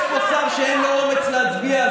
יש פה שר שאין לו אומץ להצביע,